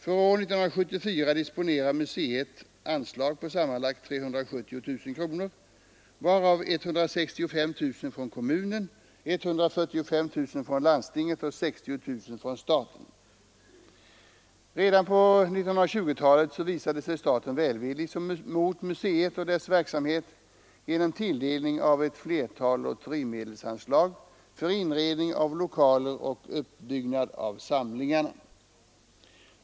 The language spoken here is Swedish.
För år 1974 disponerar museet anslag på sammanlagt 370 000 kronor, varav 165 000 från kommunen, 145 000 från landstinget och 60 000 från staten. Redan på 1920-talet visade sig staten välvillig mot museet och dess verksamhet genom tilldelning av ett flertal lotterimedelsanslag för inredning av lokaler och uppbyggnad av samlingarna.